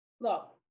look